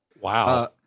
Wow